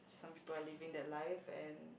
some people living that life and